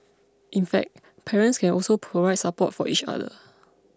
in fact parents can also provide support for each other